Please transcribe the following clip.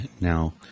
Now